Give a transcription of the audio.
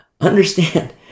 understand